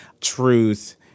truth